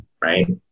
Right